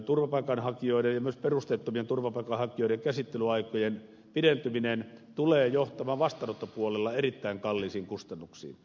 turvapaikanhakijoiden ja myös perusteettomien turvapaikanhakijoiden käsittelyaikojen pidentyminen tulee johtamaan vastaanottopuolella erittäin kalliisiin kustannuksiin